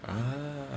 ah